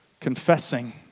confessing